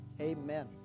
Amen